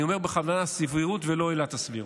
אני אומר בכוונה "סבירות" ולא "עילת הסבירות".